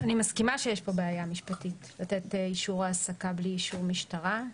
אני מסכימה שיש פה בעיה משפטית לתת אישור העסקה בלי אישור המשטרה.